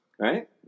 right